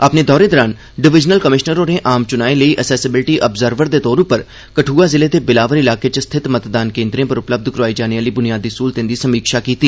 अपने दौरे दौरान डिवीजनल कमिशनर होरें आम चुनाएं लेई असैसिबिलीटी ओबसरवर दे तौर उप्पर कदुआ जिले दे बिलावर इलाके च स्थित मतदान केन्द्रें पर उपलब्य करोआई जाने आह्ली बुनियादी स्हूलतें दी समीक्षा कीती